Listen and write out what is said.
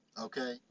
Okay